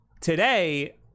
today